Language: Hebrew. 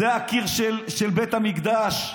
זה הקיר של בית המקדש.